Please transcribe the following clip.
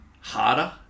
harder